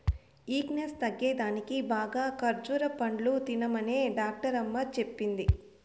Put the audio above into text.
weakness తగ్గేదానికి బాగా ఖజ్జూర పండ్లు తినమనే డాక్టరమ్మ చెప్పింది